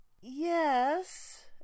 Yes